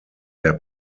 der